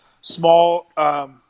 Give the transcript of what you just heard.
small